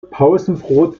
pausenbrot